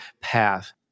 path